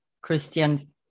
Christian